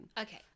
Okay